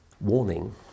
warning